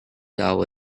hour